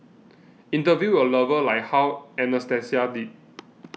interview your lover like how Anastasia did